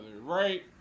right